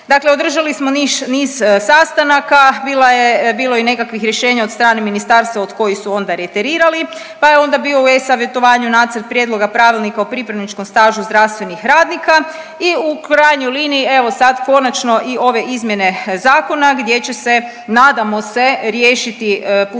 Dakle, održali smo niz sastanaka, bilo je i nekakvih rješenja od strane ministarstva od kojih su onda reterirali, pa je onda bio u e-Savjetovanju Nacrt prijedloga pravilnika o pripravničkom stažu zdravstvenih radnika i u krajnjoj liniji evo sad konačno i ove izmjene zakona gdje će se nadamo se riješiti putem